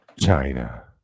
China